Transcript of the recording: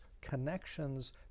connections